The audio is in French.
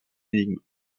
énigme